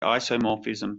isomorphism